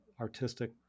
artistic